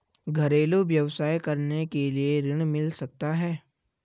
घरेलू व्यवसाय करने के लिए ऋण मिल सकता है?